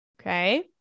Okay